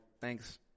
thanks